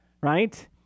right